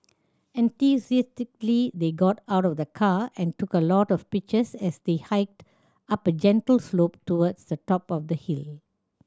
enthusiastically they got out of the car and took a lot of pictures as they hiked up a gentle slope towards the top of the hill